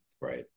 right